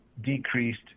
decreased